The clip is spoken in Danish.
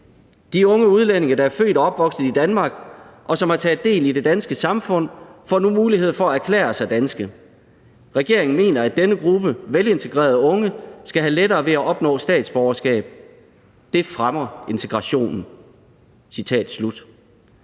»De unge udlændinge, der er født og opvokset i Danmark, og som har taget del i det danske samfund, får nu mulighed for at erklære sig danske. Regeringen mener, at denne gruppe velintegrerede unge skal have lettere ved at opnå statsborgerskab. Det fremmer integrationen.«